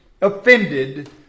offended